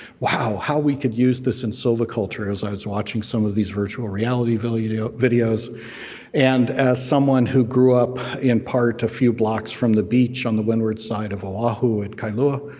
wow, how we could use this in silviculture, as i was watching some of these virtual reality videos, and as someone who grew up, in part, a few blocks from the beach on the windward side of oahu at kailua,